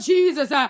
Jesus